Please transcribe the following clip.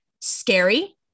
scary